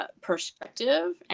perspective